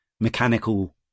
mechanical